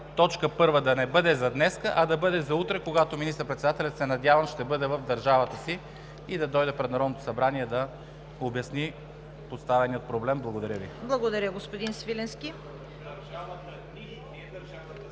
точка първа да не бъде за днес, а да бъде за утре, когато министър-председателят се надявам ще бъде в държавата си – да дойде пред Народното събрание, да обясни поставения проблем. Благодаря Ви. ПРЕДСЕДАТЕЛ